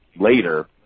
later